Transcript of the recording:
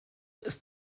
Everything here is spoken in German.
ist